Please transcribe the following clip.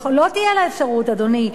לא תהיה לה אפשרות, אדוני.